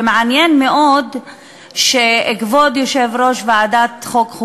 ומעניין מאוד שכבוד יושב-ראש ועדת החוקה,